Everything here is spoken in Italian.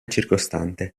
circostante